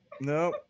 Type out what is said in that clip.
No